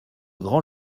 grand